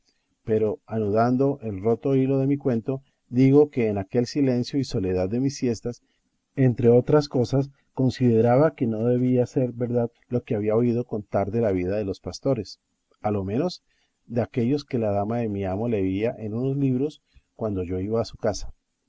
pero anudando el roto hilo de mi cuento digo que en aquel silencio y soledad de mis siestas entre otras cosas consideraba que no debía de ser verdad lo que había oído contar de la vida de los pastores a lo menos de aquellos que la dama de mi amo leía en unos libros cuando yo iba a su casa